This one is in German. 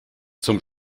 zum